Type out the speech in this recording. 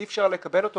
אי אפשר לקבל אותו.